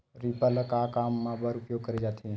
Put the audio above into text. Reaper ल का काम बर उपयोग करे जाथे?